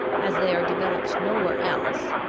as they are developed nowhere else,